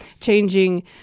changing